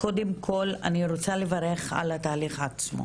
קודם כל, אני רוצה לברך על התהליך עצמו.